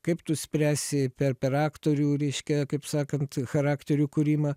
kaip tu spręsi per per aktorių reiškia kaip sakant charakterių kūrimą